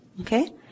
Okay